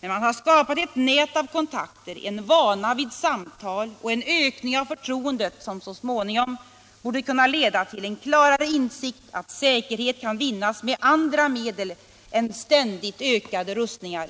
Men man har skapat ett nät av kontakter, en vana vid samtal och en ökning av förtroendet som så småningom borde kunna leda till en klarare insikt att säkerhet kan vinnas med andra medel än ständigt ökade rustningar.